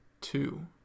two